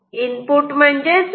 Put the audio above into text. input म्हणजेच Vp